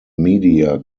media